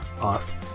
off